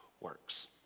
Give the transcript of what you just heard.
works